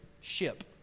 ship